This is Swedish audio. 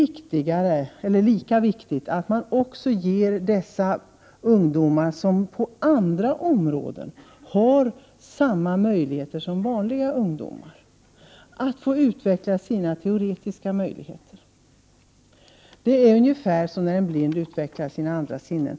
Det är emellertid lika viktigt att man även ger dessa ungdomar, som på andra områden har samma möjligheter som vanliga ungdomar, möjlighet att utveckla sin teoretiska begåvning. Det är ungefär som när en blind utvecklar sina andra sinnen.